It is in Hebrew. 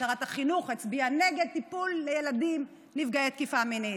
שרת החינוך הצביעה נגד טיפול לילדים נפגעי תקיפה מינית.